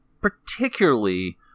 particularly